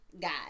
god